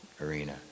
arena